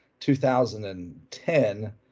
2010